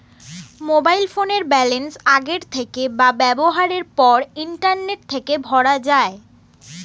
mobile ফোনের balance আগের থেকে বা ব্যবহারের পর ইন্টারনেট থেকে ভরা যায়